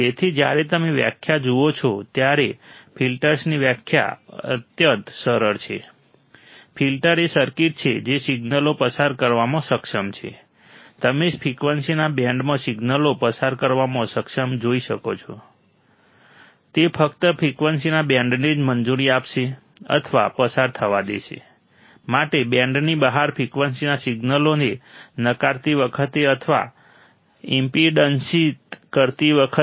તેથી જ્યારે તમે વ્યાખ્યા જુઓ છો ત્યારે ફિલ્ટરની વ્યાખ્યા અત્યંત સરળ છે ફિલ્ટર એ સર્કિટ છે જે સિગ્નલો પસાર કરવામાં સક્ષમ છે તમે ફ્રિકવન્સીના બેન્ડમાં સિગ્નલો પસાર કરવામાં સક્ષમ જોઈ શકો છો તે ફક્ત ફ્રિકવન્સીના બેન્ડને જ મંજૂરી આપશે અથવા પસાર થવા માટે બેન્ડની બહાર ફ્રિકવન્સીના સિગ્નલોને નકારતી વખતે અથવા ઈમ્પેડન્સિત કરતી વખતે